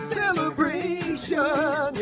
celebration